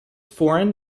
foreign